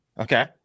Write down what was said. Okay